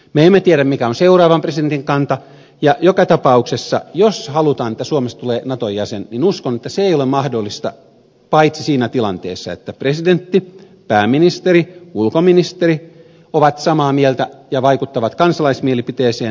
me emme tiedä mikä on seuraavan presidentin kanta ja joka tapauksessa jos halutaan että suomesta tulee naton jäsen uskon että se ei ole mahdollista paitsi siinä tilanteessa että presidentti pääministeri ulkoministeri ovat samaa mieltä ja vaikuttavat kansalaismielipiteeseen